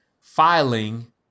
filing